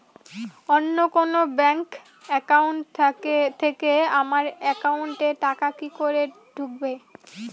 অন্য কোনো bank account থেকে আমার একাউন্ট এ টাকা কি করে ঢুকবে?